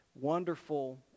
wonderful